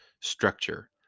structure